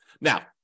Now